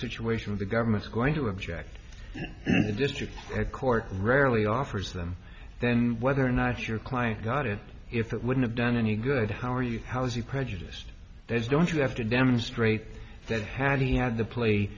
situation the government's going to object to district court rarely offers them then whether or not your client got it if it wouldn't have done any good how are you how is he prejudiced is don't you have to demonstrate that had he had the pl